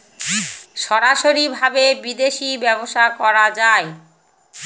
সরাসরি ভাবে বিদেশী ব্যবসা করা যায়